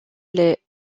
les